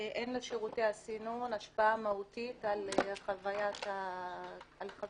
אין לשירותי הסינון השפעה מהותית על חווית הגלישה.